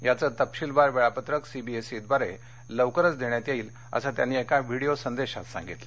याचं तपशिलवार वेळापत्रक सीबीएसईद्वारे लवकरच देण्यात येईल असं त्यांनी एका विडीयो संदेशात सांगितलं